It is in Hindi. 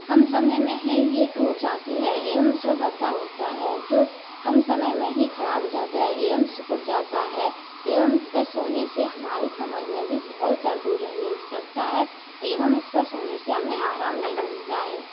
कम समय में है ये टूट जाती है एवं इसका गद्दा होता है जो कम समय में ही खराब हो जाता है एवं सिकुड़ जाता है एवं इस पे सोने से हमारी कमर में भी बहुत दर्द हो रहने लगता है एवं इस पर सोने से हमें आराम नहीं मिलता है